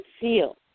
feel